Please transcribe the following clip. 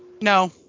No